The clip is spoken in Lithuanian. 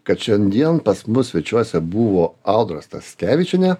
kad šiandien pas mus svečiuose buvo audra staskevičienė